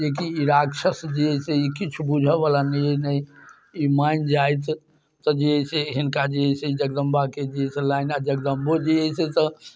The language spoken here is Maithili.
जेकि ई राक्षस जे है से किछु बुझऽवला नहि अइ ई मानि जाइत तऽ जे है से हिनका जे है से जगदम्बाके जे है से जगदम्बो जे है से तऽ